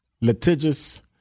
litigious